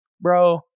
Bro